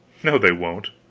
no they won't.